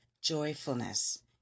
joyfulness